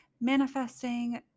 manifesting